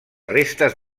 restes